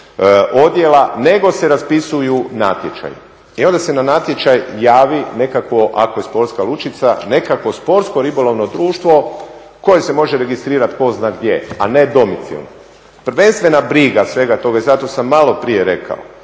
nego se raspisuju natječaji. I onda se na natječaj javi nekakvo, ako je sportska lučica, nekakvo sportsko ribolovno društvo koje se može registrirati tko zna gdje, a ne … Prvenstvena briga svega toga i zato sam maloprije rekao,